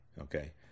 okay